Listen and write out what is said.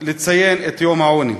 לציין את יום העוני.